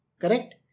Correct